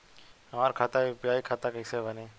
हमार खाता यू.पी.आई खाता कईसे बनी?